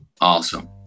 Awesome